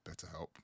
BetterHelp